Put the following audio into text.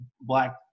black